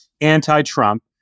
anti-Trump